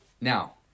now